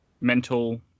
mental